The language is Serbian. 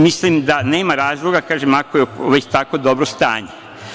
Mislim da nema razloga, kažem, ako je već tako dobro stanje.